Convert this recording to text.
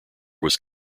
was